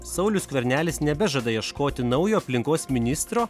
saulius skvernelis nebežada ieškoti naujo aplinkos ministro